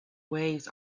waves